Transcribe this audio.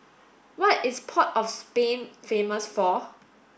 what is Port of Spain famous for